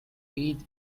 eat